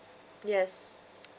yes